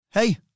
Hey